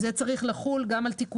צריך ועדה.